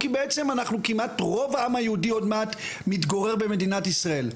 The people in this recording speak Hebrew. כי בעצם אנחנו כמעט רוב העם היהודי עוד מעט מתגורר במדינת ישראל.